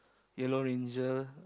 yellow ranger